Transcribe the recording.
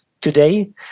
today